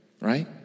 Right